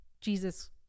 Jesus